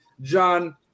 John